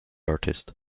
artist